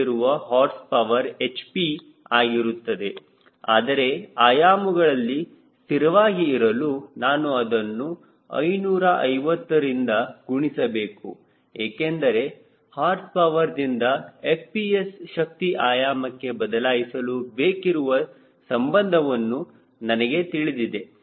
ಅದು ಬ್ರೇಕ್ನಲ್ಲಿರುವ horse power hp ಆಗಿರುತ್ತದೆ ಆದರೆ ಆಯಾಮಗಳಲ್ಲಿ ಸ್ಥಿರವಾಗಿ ಇರಲು ನಾನು ಅದನ್ನು 550ದಿಂದ ಗುಣಿಸಬೇಕು ಏಕೆಂದರೆ ಹಾರ್ಸ್ ಪವರ್ ದಿಂದ FPS ಶಕ್ತಿ ಆಯಾಮಕ್ಕೆ ಬದಲಾಯಿಸಲು ಬೇಕಿರುವ ಸಂಬಂಧವು ನನಗೆ ತಿಳಿದಿದೆ